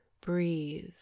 Breathe